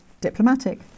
diplomatic